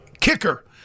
kicker